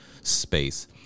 space